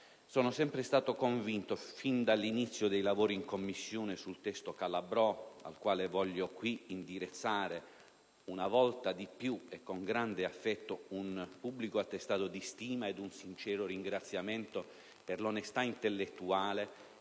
Sono sempre stato convinto fin dall'inizio dei lavori in Commissione sul testo del senatore Calabrò (al quale voglio indirizzare in questa sede, una volta di più e con grande affetto un pubblico attestato di stima e un sincero ringraziamento per l'onestà intellettuale